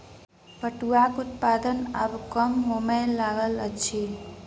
पटुआक उत्पादन आब कम होमय लागल अछि